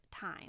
time